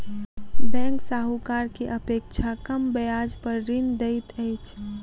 bank साहूकार के अपेक्षा कम ब्याज पर ऋण दैत अछि